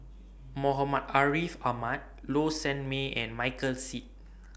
Muhammad Ariff Ahmad Low Sanmay and Michael Seet